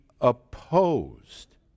opposed